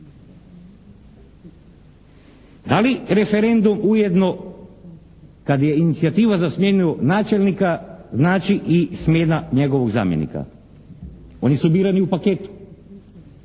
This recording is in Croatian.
Da li referendum ujedno kad je inicijativa za smjenu načelnika znači i smjena njegova zamjenika? Oni su birani u paketu.